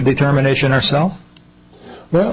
determination ourself well